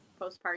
postpartum